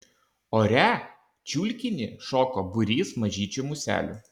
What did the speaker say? ore čiulkinį šoko būrys mažyčių muselių